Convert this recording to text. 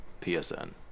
PSN